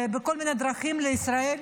בכל מיני דרכים לישראל?